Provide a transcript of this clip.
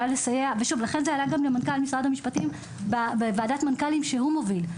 לכן זה עלה גם למנכ"ל משרד המשפטים בוועדת מנכ"לים שהוא מוביל.